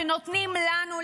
שנותנים לנו,